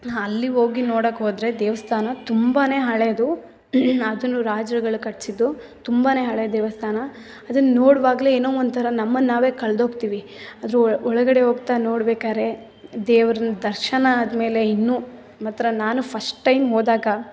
ಅಲ್ಲಿ ಹೋಗಿ ನೋಡೋಕ್ಕೋದ್ರೆ ದೇವಸ್ಥಾನ ತುಂಬ ಹಳೆಯದು ಅದನ್ನು ರಾಜರುಗಳು ಕಟ್ಟಿಸಿದ್ದು ತುಂಬ ಹಳೆಯ ದೇವಸ್ಥಾನ ಅದನ್ನು ನೋಡುವಾಗ್ಲೇ ಏನೋ ಒಂಥರ ನಮ್ಮನ್ನು ನಾವೇ ಕಳೆದೋಗ್ತೀವಿ ಅದ್ರ ಒಳಗಡೆ ಹೋಗ್ತಾ ನೋಡ್ಬೇಕಾದ್ರೆ ದೇವ್ರ್ನ ದರ್ಶನ ಆದ ಮೇಲೆ ಇನ್ನು ಮಾತ್ರ ನಾನು ಫಸ್ಟ್ ಟೈಮ್ ಹೋದಾಗ